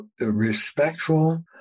respectful